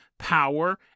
power